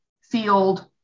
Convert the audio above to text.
field